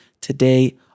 today